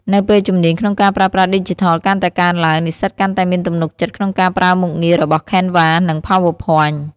នៅពេលជំនាញក្នុងការប្រើប្រាស់ឌីជីថលកាន់តែកើនឡើង និស្សិតកាន់តែមានទំនុកចិត្តក្នុងការប្រើមុខងាររបស់ Canva និង PowerPoint ។